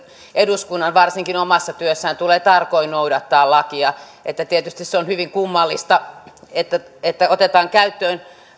eduskunnan tulee varsinkin omassa työssään tarkoin noudattaa lakia tietysti se on hyvin kummallista että että otetaan käyttöön